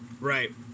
Right